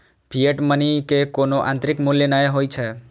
fiat money के कोनो आंतरिक मूल्य नै होइ छै